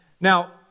Now